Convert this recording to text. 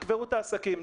תקברו את העסקים,